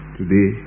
today